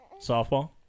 Softball